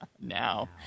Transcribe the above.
Now